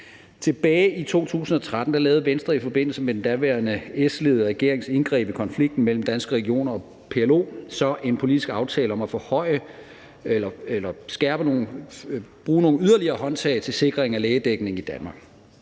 Tilbage i 2013 lavede Venstre i forbindelse med den daværende S-ledede regerings indgreb i konflikten mellem Danske Regioner og PLO så en politisk aftale om at bruge nogle yderligere håndtag til sikring af lægedækningen i Danmark.